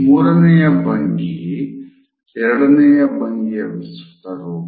ಮೂರನೆಯ ಭಂಗಿ ಎರಡನೆಯ ಭಂಗಿಯ ವಿಸ್ತೃತ ರೂಪ